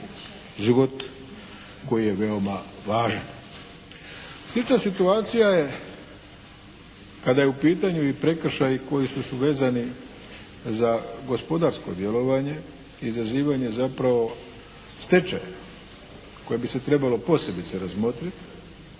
život koji je veoma važan. Slična situacija je kada je u pitanju i prekršaj koji su vezani za gospodarsko djelovanje, izazivanje zapravo stečaja koje bi se trebalo posebice razmotriti